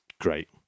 great